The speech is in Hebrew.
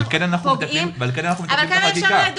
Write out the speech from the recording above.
מתקנים את החקיקה.